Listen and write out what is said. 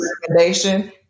recommendation